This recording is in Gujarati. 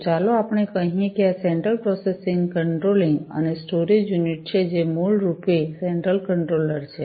તો ચાલો આપણે કહીએ કે આ સેન્ટ્રલ પ્રોસેસિંગ કંટ્રોલિંગ અને સ્ટોરેજ યુનિટ છે જે મૂળરૂપે સેન્ટ્રલ કંટ્રોલર છે